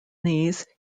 these